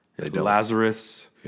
Lazarus